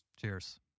Cheers